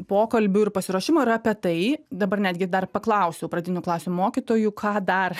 pokalbių ir pasiruošimo ir apie tai dabar netgi dar paklausiau pradinių klasių mokytojų ką dar